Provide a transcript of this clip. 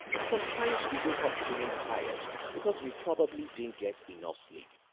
sometimes we wake up feeling tired because we probably didn't get enough sleep,